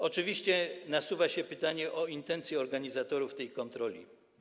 Oczywiście nasuwa się pytanie o intencje organizatorów tej kontroli.